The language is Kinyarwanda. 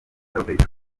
roberto